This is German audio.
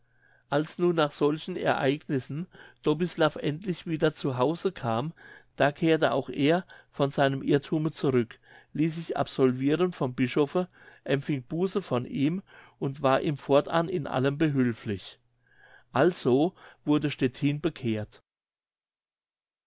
als nun nach solchen ereignissen dobislav endlich wieder zu hause kam da kehrte auch er von seinem irrthume zurück ließ sich absolviren vom bischofe empfing buße von ihm und war ihm fortan in allem behülflich also wurde stettin bekehrt